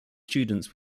students